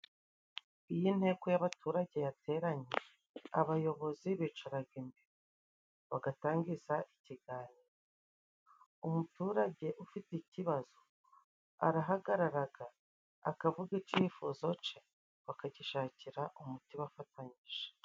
Iyo inteko y'abaturage yateranye, abayobozi bicaraga imbere bagatangiza ikiganiro. Umuturage ufite ikibazo, arahagararaga akavuga icifuzo ce bakagishakira umuti bafatanyije.